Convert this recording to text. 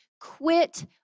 quit